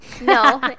No